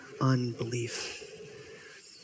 unbelief